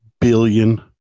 billion